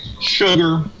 sugar